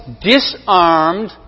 disarmed